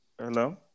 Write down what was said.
Hello